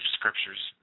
scriptures